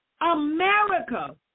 America